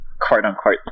quote-unquote